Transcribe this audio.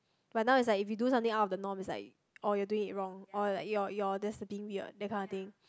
but now is like if you do something out of the norm is like oh you're doing it wrong or like you're you're that's being weird that kind of thing